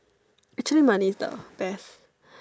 actually money is the best